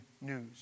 news